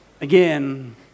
Again